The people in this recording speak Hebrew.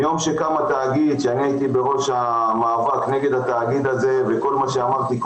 אני הייתי בראש המאבק נגד הקמת התאגיד הזה ואכן כל מה שאמרתי,